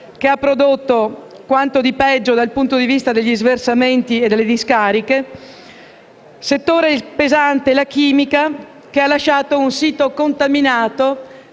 che ha prodotto quanto di peggio dal punto di vista degli sversamenti e delle discariche. La chimica è un settore pesante che ha lasciato un sito contaminato